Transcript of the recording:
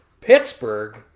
pittsburgh